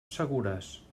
segures